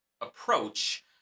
approach